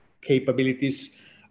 capabilities